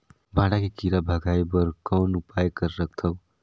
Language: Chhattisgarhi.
भांटा के कीरा भगाय बर कौन उपाय कर सकथव?